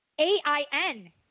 A-I-N